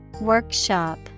Workshop